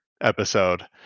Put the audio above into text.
episode